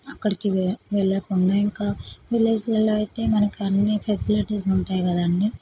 అక్కడికి వెళ్ళకుండా ఇంకా విలేజ్లల్లో అయితే ఇంకా మనకి విలేజ్లల్లో అయితే మనకు అన్ని ఫెసిలిటీస్ ఉంటాయి కదండి